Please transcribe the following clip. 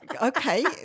Okay